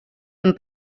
amb